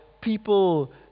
People